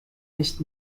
nicht